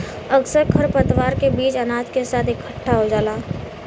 अक्सर खरपतवार के बीज अनाज के साथ इकट्ठा खो जाला